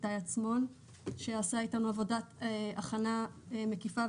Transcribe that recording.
איתי עצמון ולנעמה דניאל שעשו איתנו עבודת הכנה מקיפה.